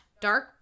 dark